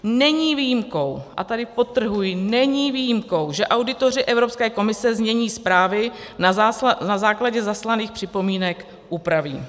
Není výjimkou a tady podtrhuji není výjimkou, že auditoři Evropské komise znění zprávy na základě zaslaných připomínek upraví.